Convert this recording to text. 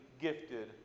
gifted